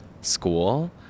school